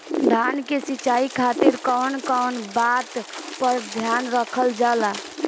धान के सिंचाई खातिर कवन कवन बात पर ध्यान रखल जा ला?